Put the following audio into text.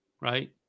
right